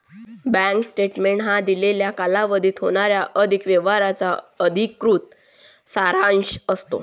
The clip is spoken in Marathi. बँक स्टेटमेंट हा दिलेल्या कालावधीत होणाऱ्या आर्थिक व्यवहारांचा अधिकृत सारांश असतो